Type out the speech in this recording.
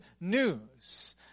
news